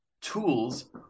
Tools